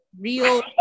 Real